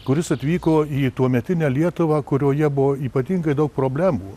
kuris atvyko į tuometinę lietuvą kurioje buvo ypatingai daug problemų